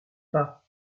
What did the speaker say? pas